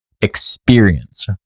experience